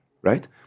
right